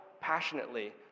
passionately